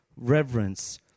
reverence